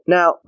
Now